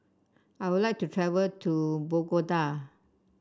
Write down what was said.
I would like to travel to Bogota